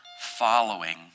following